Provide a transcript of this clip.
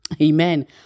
Amen